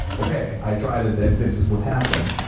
okay, i tried it, then this is what happened.